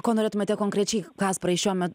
ko norėtumėte konkrečiai kasparai šiuo me